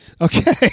Okay